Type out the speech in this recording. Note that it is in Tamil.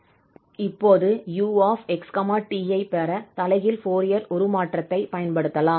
இப்போது 𝑢𝑥 𝑡 ஐ பெற தலைகீழ் ஃபோரியர் உருமாற்றத்தைப் பயன்படுத்தலாம்